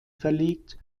verlegt